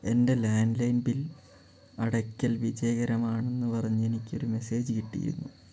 എൻ്റെ landline bill അടയ്ക്കൽ വിജയകരമാണെന്ന് പറഞ്ഞ് എനിക്കൊരു മെസ്സേജ് കിട്ടിയിരുന്നു